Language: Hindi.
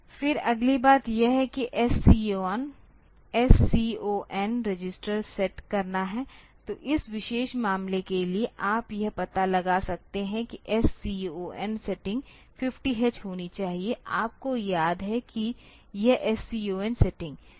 फिर अगली बात यह है कि SCON रजिस्टर सेट करना है तो इस विशेष मामले के लिए आप यह पता लगा सकते हैं कि SCON सेटिंग 50H होनी चाहिए आपको याद है कि यह SCON सेटिंग